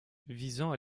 visant